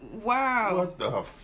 Wow